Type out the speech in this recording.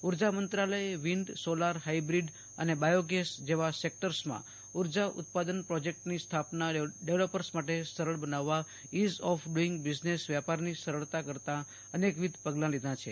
ઉર્જા મંત્રાલયે wind solar hybrid અને બાયોગેસ જેવા સેકટર્સમાં ઊર્જા ઉત્પાદન પ્રોજેક્ટની સ્થાપના ડેવલપર્સ માટે સરળ બનાવવા ઇઝ ઓફ ડુઇંગ બીઝનેસ વ્યાપારની સરળતા કરતા અનેકવિધ પગલાં લીધા છે